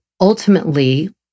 ultimately